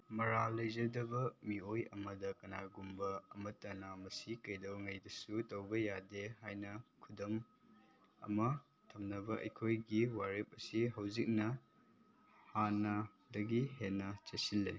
ꯃꯔꯥꯜ ꯂꯩꯖꯗꯕ ꯃꯤꯑꯣꯏ ꯑꯃꯗ ꯀꯅꯥꯒꯨꯝꯕ ꯑꯃꯇꯅ ꯃꯁꯤ ꯀꯩꯗꯧꯉꯩꯗꯁꯨ ꯇꯧꯕ ꯌꯥꯗꯦ ꯍꯥꯏꯅ ꯈꯨꯗꯝ ꯑꯃ ꯊꯝꯅꯕ ꯑꯩꯈꯣꯏꯒꯤ ꯋꯥꯔꯦꯞ ꯑꯁꯤ ꯍꯧꯖꯤꯛꯅ ꯍꯥꯟꯅꯗꯒꯤ ꯍꯦꯟꯅ ꯆꯦꯠꯁꯤꯜꯂꯦ